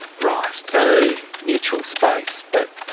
right, so neutral space, but,